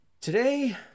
Today